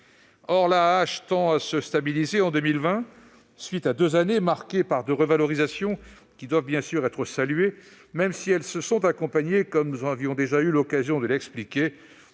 AAH, L'AAH tend à se stabiliser en 2020, après deux années marquées par des revalorisations, qui doivent être saluées, même si elles se sont accompagnées- nous avions déjà eu l'occasion de l'expliquer